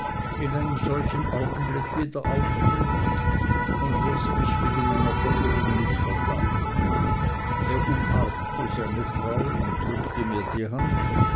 in einem solchen augenblick wieder aufbricht und wirst mich wegen meiner verirrung nicht verdammen er umarmte seine frau und drückte mir die hand